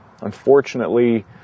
Unfortunately